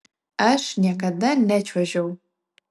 aš niekada nečiuožiau